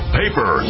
paper